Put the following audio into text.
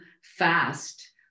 fast